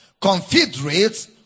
Confederates